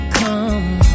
come